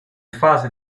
fase